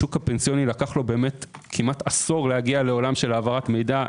השוק הפנסיוני לקח לו כמעט עשור להגי לעולם של העברת מידע.